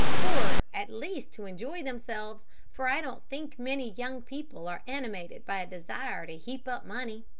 or at least to enjoy themselves, for i don't think many young people are animated by a desire to heap up money.